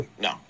no